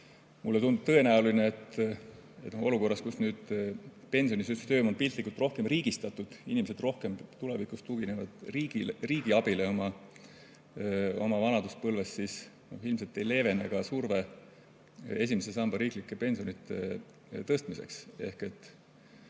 Mulle tundub tõenäoline, et olukorras, kus pensionisüsteem on piltlikult rohkem riigistatud ja inimesed rohkem tulevikus tuginevad riigi abile oma vanaduspõlves, ilmselt ei leevene surve esimese samba riiklike pensionide tõstmiseks.